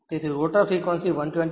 તેથી rotor frequency 12060 છે